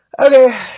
Okay